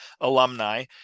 alumni